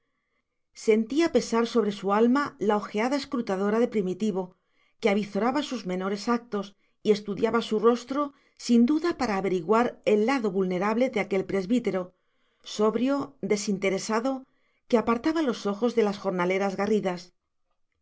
sentía pesar sobre su alma la ojeada escrutadora de primitivo que avizoraba sus menores actos y estudiaba su rostro sin duda para averiguar el lado vulnerable de aquel presbítero sobrio desinteresado que apartaba los ojos de las jornaleras garridas